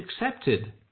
accepted